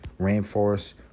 rainforest